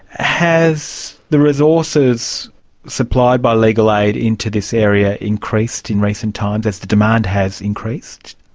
has the resources supplied by legal aid into this area increased in recent times as the demand has increased?